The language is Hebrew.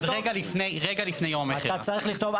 עד רגע לפני יום המכירה.